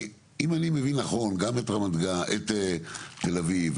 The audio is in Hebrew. כי אם אני מבין נכון גם את תל אביב,